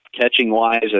Catching-wise